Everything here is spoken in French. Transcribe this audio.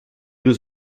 deux